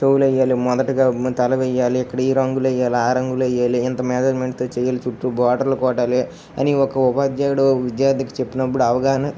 చెవులు వేయాలి మొదటిగా తల వేయాలి ఇక్కడ ఈ రంగులు వేయాలి ఆ రంగులు వేయాలి ఇంత మేజర్మెంట్తో చేయాలి చుట్టూ బార్డర్లు కొట్టాలి అని ఒక ఉపాధ్యాయుడు విద్యార్థికి చెప్పినప్పుడు అవగాహన